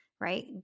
right